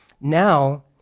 Now